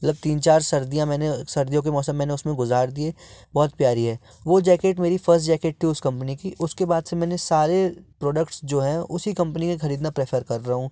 मतलब तीन चार सर्दियाँ मैंने सर्दियों के मौसम मैंने उस में गुज़ार दिए बहुत प्यारी है वो जैकेट मेरी फर्स्ट जैकेट थी उस कंपनी की उसके बाद से मैंने सारे प्रोडक्ट्स जो है उसी कंपनी के ख़रीदना प्रेफर कर रहा हूँ